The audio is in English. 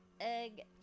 egg